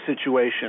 situation